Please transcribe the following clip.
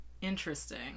Interesting